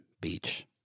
beach